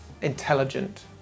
intelligent